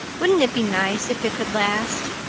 wouldn't it be nice if it could last?